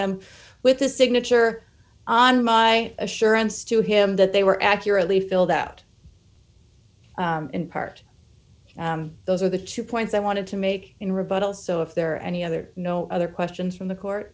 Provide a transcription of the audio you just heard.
them with the signature on my assurance to him that they were accurately filled out in part those are the two points i wanted to make in rebuttal so if there are any other no other questions from the court